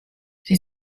sie